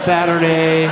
Saturday